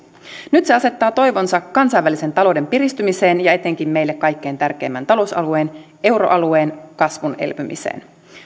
nyt se asettaa toivonsa kansainvälisen talouden piristymiseen ja etenkin meille kaikkein tärkeimmän talousalueen euroalueen kasvun elpymiseen